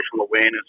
awareness